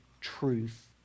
truth